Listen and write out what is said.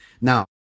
Now